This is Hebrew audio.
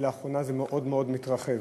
ולאחרונה זה מאוד מאוד מתרחב.